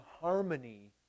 harmony